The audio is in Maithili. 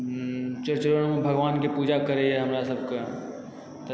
चौड़चनोमे भगवानके पूजा करैए हमरा सब कऽ